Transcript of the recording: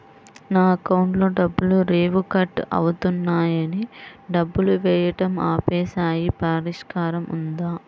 నా అకౌంట్లో డబ్బులు లేవు కట్ అవుతున్నాయని డబ్బులు వేయటం ఆపేసాము పరిష్కారం ఉందా?